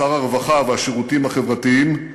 שר הרווחה והשירותים החברתיים,